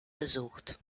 besucht